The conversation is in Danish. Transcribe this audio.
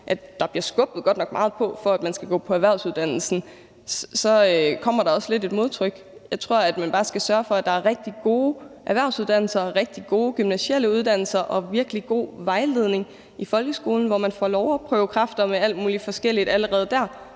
Der bliver godt nok skubbet meget på, for at man skal gå på en erhvervsuddannelse, og så kommer der også lidt et modtryk. Jeg tror bare, at man skal sørge for, at der er rigtig gode erhvervsuddannelser og rigtig gode gymnasiale uddannelser og virkelig god vejledning i folkeskolen, så man allerede der får lov at prøve kræfter med alt muligt forskelligt for at